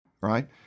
right